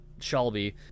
Shelby